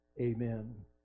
Amen